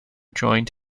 joined